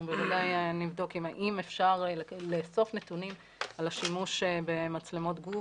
אנחנו בוודאי נבדוק האם אפשר לאסוף נתונים על השימוש במצלמות גוף.